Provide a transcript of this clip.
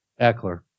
Eckler